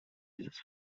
jest